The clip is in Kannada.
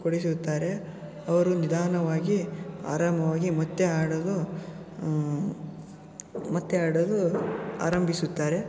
ಕೊಡಿಸುತ್ತಾರೆ ಅವರು ನಿಧಾನವಾಗಿ ಆರಾಮವಾಗಿ ಮತ್ತೆ ಆಡಲು ಮತ್ತೆ ಆಡಲು ಆರಂಭಿಸುತ್ತಾರೆ